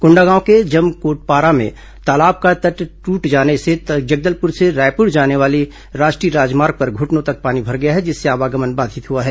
कोंडागांव के जमकोटपारा में तालाब का तट टूट जाने से जगदलपुर से रायपुर जाने वाले राष्ट्रीय राजमार्ग पर घुटनों तक पानी भर गया है जिससे आवागमन बाधित हुआ है